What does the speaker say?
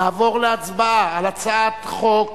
נעבור להצבעה על הצעת חוק